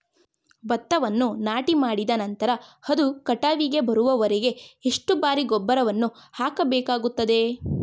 ಭತ್ತವನ್ನು ನಾಟಿಮಾಡಿದ ನಂತರ ಅದು ಕಟಾವಿಗೆ ಬರುವವರೆಗೆ ಎಷ್ಟು ಬಾರಿ ಗೊಬ್ಬರವನ್ನು ಹಾಕಬೇಕಾಗುತ್ತದೆ?